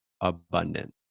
abundant